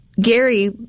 gary